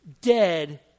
dead